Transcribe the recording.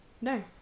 no